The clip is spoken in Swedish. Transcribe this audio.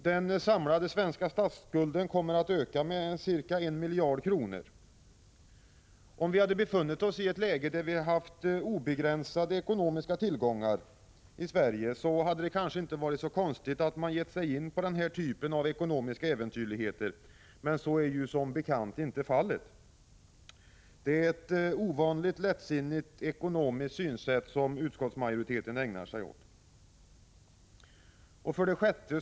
Den samlade svenska statsskulden kommer att öka med ca 1 miljard kronor. Om vi hade haft obegränsade ekonomiska tillgångar i Sverige hade det kanske inte varit så konstigt om man gett sig in på denna typ av ekonomiska äventyrligheter, men så är ju som bekant inte fallet. Det är ett ovanligt lättsinnigt ekonomiskt synsätt som utskottsmajoriteten ägnar sig åt. 6.